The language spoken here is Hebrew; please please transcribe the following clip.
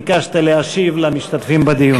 ביקשת להשיב למשתתפים בדיון.